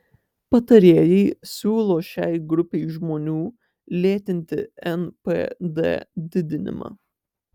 patarėjai siūlo šiai grupei žmonių lėtinti npd didinimą